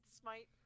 smite